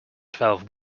twelve